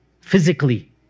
physically